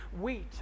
wheat